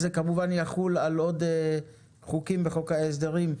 זה כמובן יחול על עוד חוקים בחוק ההסדרים.